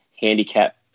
handicap